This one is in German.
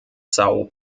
sao